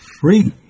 free